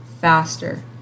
faster